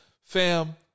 Fam